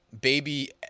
Baby